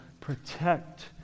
protect